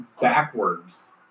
backwards